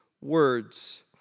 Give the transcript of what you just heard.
words